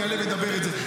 אני אעלה ואדבר על זה.